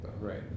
Right